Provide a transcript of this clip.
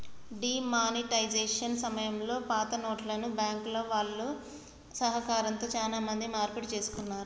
D monetisation సమయంలో పాతనోట్లను బ్యాంకుల వాళ్ళ సహకారంతో చానా మంది మార్పిడి చేసుకున్నారు